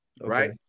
right